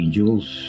Angels